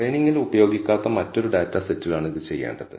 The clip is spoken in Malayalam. ട്രൈനിങ്ങിൽ ഉപയോഗിക്കാത്ത മറ്റൊരു ഡാറ്റാ സെറ്റിലാണ് ഇത് ചെയ്യേണ്ടത്